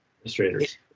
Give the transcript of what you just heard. administrators